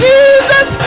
Jesus